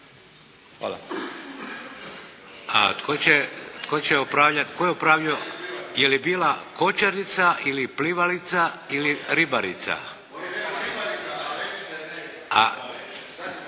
(HDZ)** Tko će upravljati? Tko je upravljao? Je li bila kočarnica ili plivalica ili ribarica?